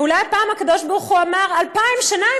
ואולי הפעם הקדוש ברוך הוא אמר: 2,000 שנה,